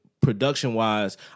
production-wise